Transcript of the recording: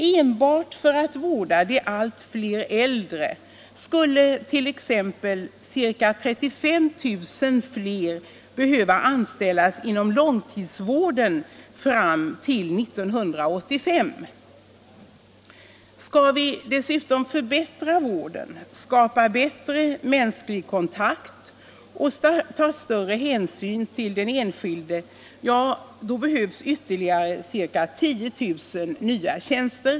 Enbart för att vårda de allt fler äldre skulle t.ex. ca 35 000 fler behöva anställas inom långtidsvården fram till år 1985. Skall vi dessutom förbättra vården, skapa bättre mänsklig kontakt och ta större hänsyn till den enskilde, ja, då behövs ytterligare ca 10 000 nya tjänster.